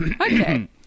Okay